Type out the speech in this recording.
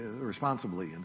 responsibly